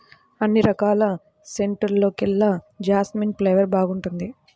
అన్ని రకాల సెంటుల్లోకెల్లా జాస్మిన్ ఫ్లేవర్ బాగుంటుంది